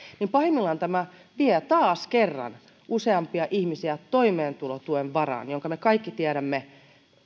että tämä vie taas kerran useampia ihmisiä toimeentulotuen varaan jonka me kaikki tiedämme